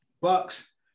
Bucks